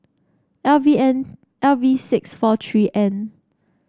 L V N L V six four three N